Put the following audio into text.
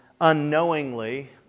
unknowingly